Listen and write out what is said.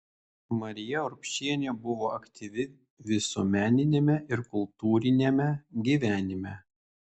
marija urbšienė buvo aktyvi visuomeniniame ir kultūriniame gyvenime